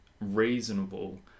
reasonable